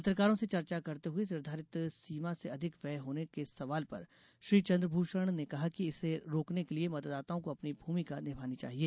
पत्रकारों से चर्चा करते हये निर्घारित सीमा से अधिक व्यय होने के सवाल पर श्री चन्द्रभूषण ने कहा कि इसे रोकने के लिये मतदाताओं को भी अपनी भूमिका निभानी चाहिए